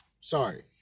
Sorry